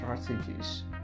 strategies